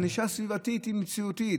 ענישה סביבתית היא מציאותית.